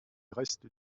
restes